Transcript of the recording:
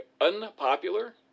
Unpopular